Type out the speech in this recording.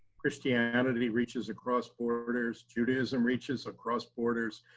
christianity reaches across borders. judaism reaches across borders.